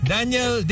Daniel